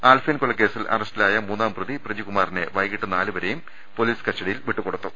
ആൽഫൈൻ കൊലക്കേസിൽ അറസ്റ്റിലായ മൂന്നാം പ്രതി പ്രജികുമാറിനെ വൈകീട്ട് നാലൂവരെയും കോടതി പൊലീസ് കസ്റ്റ ഡിയിൽ വിട്ടുകൊടുത്തു